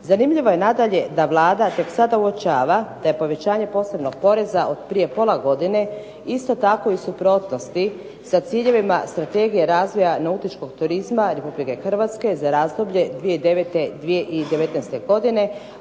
Zanimljivo je nadalje da Vlada tek sada uočava da je povećanje posebnog poreza od prije pola godine isto tako i suprotnosti sa ciljevima Strategije razvoja nautičkog turizma Republike Hrvatske za razdoblje 2009.-2019. godine,